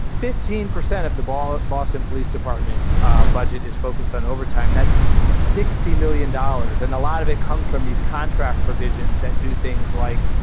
fifteen percent of the ball. boston police department budget is focused on overtime. that's sixty million dollars. and a lot of it comes from these contract provisions that do things like,